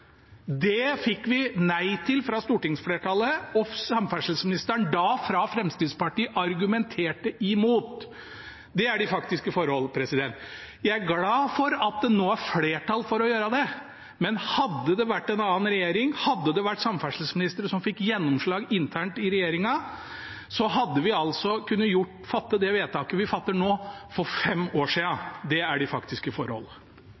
Det fikk vi nei til fra stortingsflertallet, og samferdselsministeren, som da var fra Fremskrittspartiet, argumenterte imot. Det er de faktiske forhold. Jeg er glad for at det nå er flertall for det, men hadde det vært en annen regjering, hadde det vært samferdselsministre som fikk gjennomslag internt i regjeringen, hadde vi altså kunnet fatte det vedtaket vi gjør nå, for fem år siden. Det er de faktiske forhold.